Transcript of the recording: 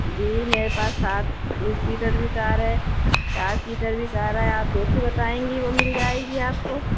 جی میرے پاس سات سیٹر بھی کار ہے چار سیٹر بھی کار ہے آپ جیسی بتائیں گی وہ مل جائے گی آپ کو